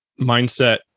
mindset